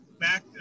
back